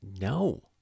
No